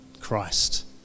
Christ